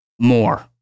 more